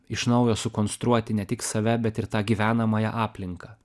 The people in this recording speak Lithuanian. iš naujo sukonstruoti ne tik save bet ir tą gyvenamąją aplinką